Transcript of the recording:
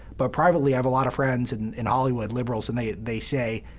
but privately i have a lot of friends and in hollywood, liberals, and they they say,